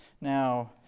Now